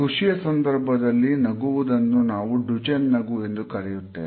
ಖುಷಿಯ ಸಂದರ್ಭದಲ್ಲಿ ನಗುವುದನ್ನು ನಾವು ಡುಚೆನ್ ನಗು ಎಂದು ಕರೆಯುತ್ತೇವೆ